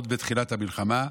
עוד בתחילת המלחמה,